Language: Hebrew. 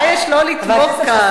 מה יש לא לתמוך כאן?